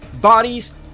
bodies